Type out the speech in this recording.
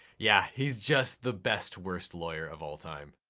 yeah, he's just the best worst lawyer of all time.